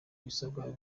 ibisabwa